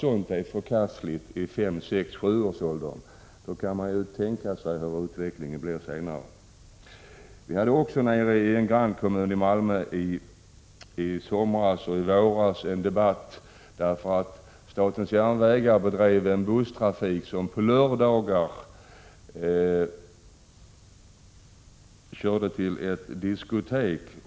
Men om det anses förkastligt att lära ut sådant till 5—7-åringar, kan man tänka sig vilka resultat man kommer att få när de blir äldre. Vi hade också i en grannkommun till Malmö i våras och i somras en debatt med anledning av förhållandena på en busslinje, där statens järnvägar på lördagar körde ungdomar till ett diskotek.